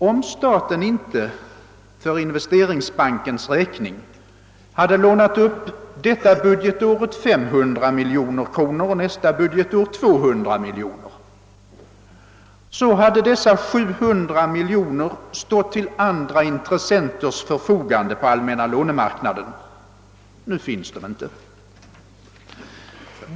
Om staten inte för investeringsbankens räkning hade lånat upp detta budgetår 500 miljoner kronor och nästa budgetår 200 miljoner, så hade dessa 700 miljoner kronor stått till andra intressenters förfogande på den allmänna lånemarknaden. Nu finns de inte där.